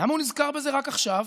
למה הוא נזכר בזה רק עכשיו?